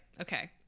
okay